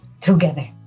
together